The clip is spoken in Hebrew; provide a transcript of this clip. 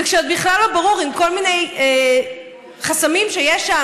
וכשעוד בכלל לא ברור אם כל מיני חסמים שיש שם,